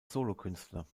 solokünstler